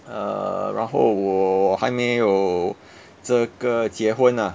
err 然后我还没有这个结婚 ah